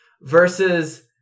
versus